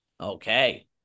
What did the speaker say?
Okay